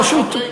אני פשוט,